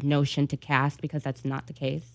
notion to cast because that's not the case